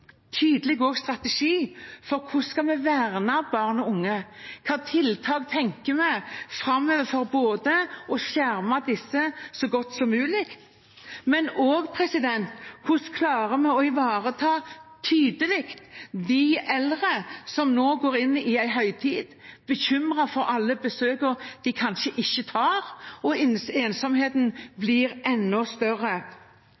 tydelig strategi for hvordan vi skal verne barn og unge. Hvilke tiltak tenker vi å ha framover for å skjerme disse så godt som mulig? Hvordan klarer vi å ivareta tydelig de eldre som nå går inn i en høytid bekymret for alle besøkene de kanskje ikke tar? Ensomheten blir enda større. Det handler om at vi lager og